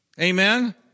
Amen